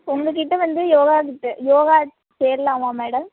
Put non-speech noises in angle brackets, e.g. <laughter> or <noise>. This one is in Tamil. உங்கள்கிட்ட வந்து யோகா <unintelligible> யோகா சேரலாமா மேடம்